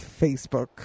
Facebook